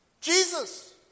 Jesus